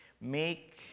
make